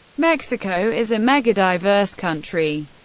mexico is a megadiverse country,